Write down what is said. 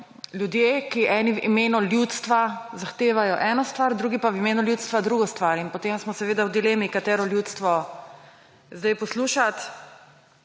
ljudje, ki eni v imenu ljudstva zahtevajo eno stvar, drugi pa v imenu ljudstva drugo stvar. Potem smo seveda v dilemi, katero ljudstvo zdaj poslušati.